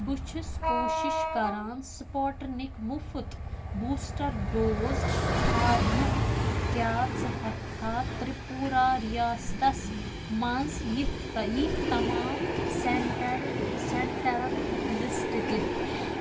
بہٕ چھُس کوٗشِش کران سُپاٹنِک مُفت بوٗسٹر ڈوز ژھارنُک کیٛاہ ژٕ ہٮ۪کٕکھا تِرٛپوٗرا ریاستس منٛز یِتھۍ یِتھۍ تمام سینٹرن سینٹرن ہُنٛد لِسٹ دِتھ